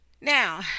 Now